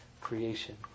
creation